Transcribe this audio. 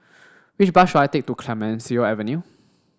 which bus should I take to Clemenceau Avenue